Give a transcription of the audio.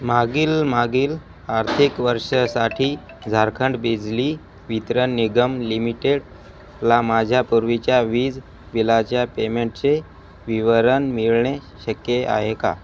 मागील मागील आर्थिक वर्षासाठी झारखंड बिजली वितरण निगम लिमिटेडला माझ्या पूर्वीच्या वीज बिलाच्या पेमेंटचे विवरण मिळणे शक्य आहे का